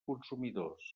consumidors